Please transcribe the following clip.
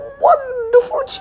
wonderful